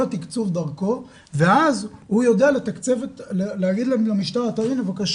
כל התקצוב דרכו ואז הוא יודע להגיד למשטרה 'קח